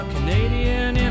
Canadian